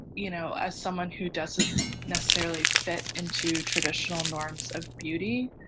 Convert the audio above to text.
you know, as someone who doesn't necessarily fit into traditional norms of beauty,